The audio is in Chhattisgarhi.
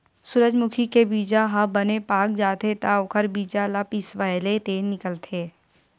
सूरजमूजी के बीजा ह बने पाक जाथे त ओखर बीजा ल पिसवाएले तेल निकलथे